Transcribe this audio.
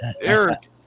Eric